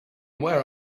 where